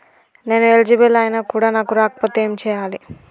నేను ఎలిజిబుల్ ఐనా కూడా నాకు రాకపోతే ఏం చేయాలి?